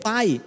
Pai